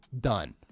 Done